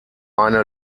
eine